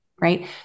right